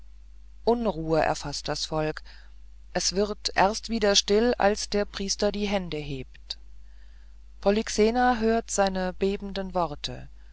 unruhe erfaßt das volk und es wird erst wieder still als der priester die hände hebt polyxena hört seine bebenden worte